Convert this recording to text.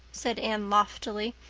said anne loftily.